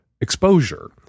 exposure